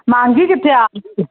महांगी किथे आहे